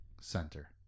center